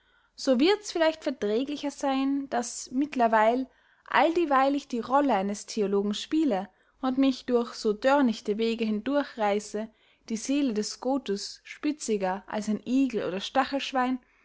so wirds vielleicht verträglicher seyn daß mitlerweil alldieweil ich die rolle eines theologen spiele und mich durch so dörnichte wege hindurchreisse die seele des scotus spitziger als ein igel oder stachelschwein